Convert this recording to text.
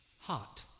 hot